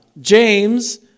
James